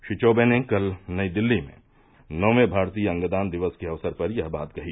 श्री चौबे ने कल नई दिल्ली में नौवे भारतीय अंगदान दिवस के अवसर पर यह बात कही